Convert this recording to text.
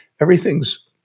everything's